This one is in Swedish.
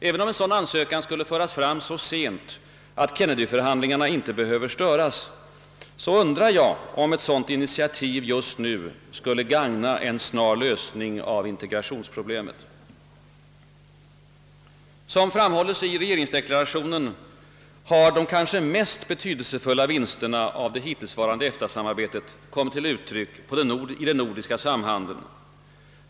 Även om en sådan ansökan skulle föras fram så sent att Kennedyförhandlingarna inte störs, tror jag inte att ett initiativ just nu skulle gagna en snar lösning av integrationsproblemet. Såsom framhålles i regeringsdeklarationen har de kanske mest betydelsefulla vinsterna av det hittillsvarande EFTA-samarbetet kommit till uttryck i den nordiska samhandeln.